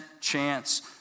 chance